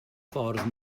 ffordd